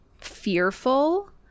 fearful